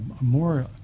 more